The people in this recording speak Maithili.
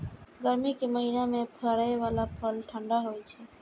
गर्मी के महीना मे फड़ै बला फल ठंढा होइ छै